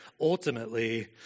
Ultimately